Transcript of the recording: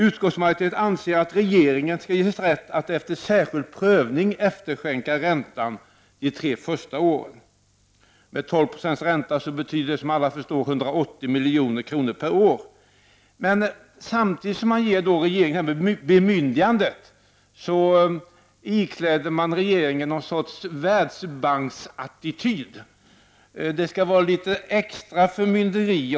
Utskottsmajoriteten anser att regeringen skall ges rätt att efter särskild prövning efterskänka räntan under de tre första åren. Med en ränta på 12 90 betyder det, som alla förstår, 180 milj.kr. per år. Samtidigt som man ger regeringen detta bemyndigande ikläder man regeringen någon sorts världsbanksattityd. Det skall vara litet extra förmynderi.